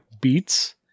beats